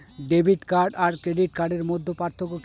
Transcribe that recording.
Debit card আর credit কার্ডের মধ্যে পার্থক্য কি?